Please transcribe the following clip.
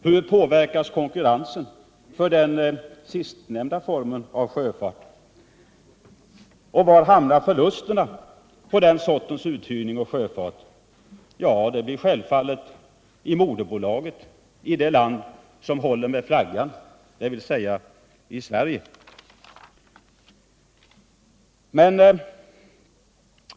Hur påverkas konkurrensen för den sistnämnda formen av sjöfart? Och var hamnar förlusterna på den sortens uthyrning och sjöfart? Jo, det blir självfallet i moderbolaget i det land som håller med flaggen, dvs. i Sverige!